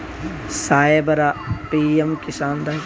ಸಾಹೇಬರ, ಪಿ.ಎಮ್ ಕಿಸಾನ್ ದಾಗ ಆರಸಾವಿರ ರುಪಾಯಿಗ ಎಲ್ಲಿ ಅರ್ಜಿ ಹಾಕ್ಲಿ?